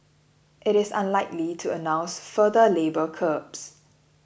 it is unlikely to announce further labour curbs